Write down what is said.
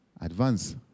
Advance